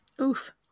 Oof